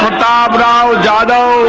da but da ah da da